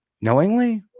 knowingly